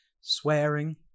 swearing